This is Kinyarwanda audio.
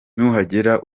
nuhagera